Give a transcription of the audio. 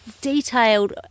detailed